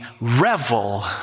revel